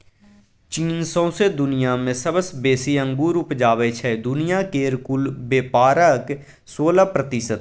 चीन सौंसे दुनियाँ मे सबसँ बेसी अंगुर उपजाबै छै दुनिया केर कुल बेपारक सोलह प्रतिशत